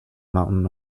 mountain